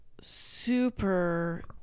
super